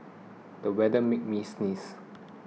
the weather made me sneeze